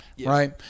Right